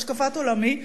את השקפת עולמי,